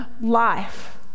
life